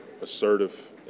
assertive